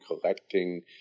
collecting